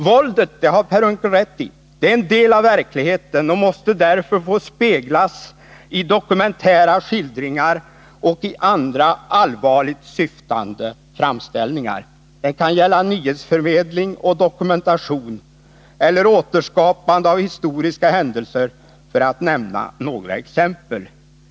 Våldet — det har Per Unckel rätt i — är en del av verkligheten och måste därför få speglas i dokumentära skildringar och i andra allvarligt syftande framställningar. Det kan gälla nyhetsförmedling och dokumentation eller återskapande av historiska händelser — för att nämna några exempel.